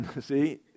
See